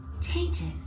Tainted